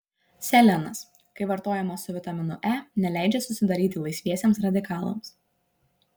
selenas kai vartojamas su vitaminu e neleidžia susidaryti laisviesiems radikalams